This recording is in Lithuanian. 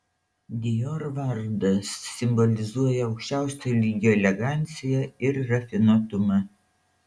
dior vardas simbolizuoja aukščiausio lygio eleganciją ir rafinuotumą